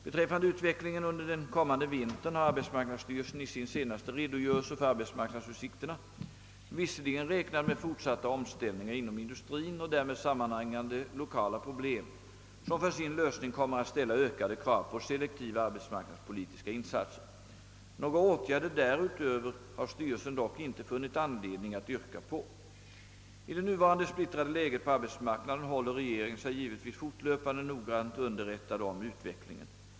Beträffande utvecklingen under den kommande vintern har arbetsmarknadsstyrelsen i sin senaste redogörelse för arbetsmarknadsutsikterna visserligen räknat med fortsatta omställningar inom industrien och därmed sammanhängande lokala problem, som för sin lösning kommer att ställa ökade krav på selektiva arbetsmarknadspolitiska insatser. Några åtgärder därutöver har styrelsen dock inte funnit anledning att yrka på. I det nuvarande splittrade läget på arbetsmarknaden håller regeringen sig givetvis fortlöpande noggrant underrättad om utvecklingen.